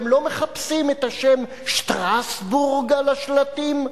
והם לא מחפשים את השם "שטרסבורג" על השלטים,